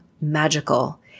magical